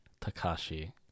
Takashi